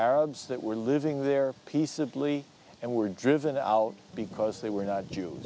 arabs that were living there peaceably and were driven out because they were not